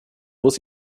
muss